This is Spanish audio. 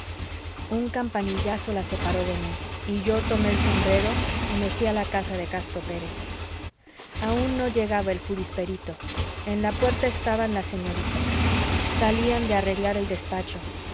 un campanillazo la separó de mí y yo tomé el sombrero y me fuí a la casa de castro pérez aun no llegaba el jurisperito en la puerta estaban las señoritas salían de arreglar el despacho